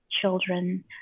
children